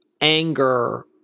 anger